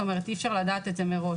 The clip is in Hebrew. אי אפשר לדעת את זה מראש,